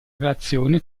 relazione